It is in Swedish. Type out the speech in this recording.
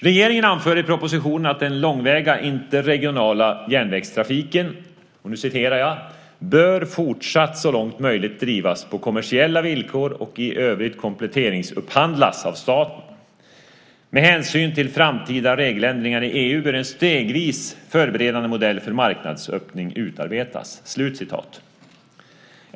Regeringen anför i propositionen att den "långväga järnvägstrafiken bör fortsatt så långt möjligt drivas på kommersiella villkor och i övrigt kompletteringsupphandlas av staten. Med hänsyn till framtida regeländringar i EU bör en stegvis förberedande modell för marknadsöppning utarbetas."